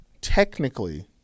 technically